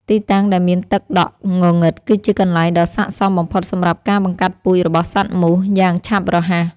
ទីតាំងដែលមានទឹកដក់ងងឹតគឺជាកន្លែងដ៏ស័ក្តិសមបំផុតសម្រាប់ការបង្កាត់ពូជរបស់សត្វមូសយ៉ាងឆាប់រហ័ស។